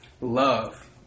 Love